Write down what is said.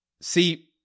See